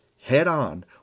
head-on